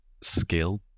skill